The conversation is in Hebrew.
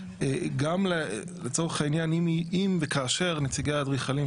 אם וכאשר נציגי האדריכלים,